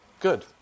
good